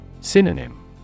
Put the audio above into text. Synonym